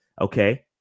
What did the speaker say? Okay